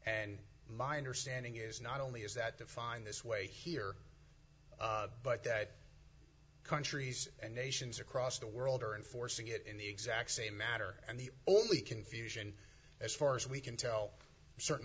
and my understanding is not only is that defined this way here but that countries and nations across the world are enforcing it in the exact same matter and the only confusion as far as we can tell certain